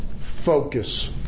Focus